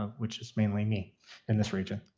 ah which is mainly me in this region.